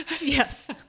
yes